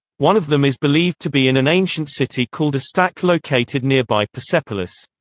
one of them is believed to be in an ancient city called estakhr located nearby persepolis.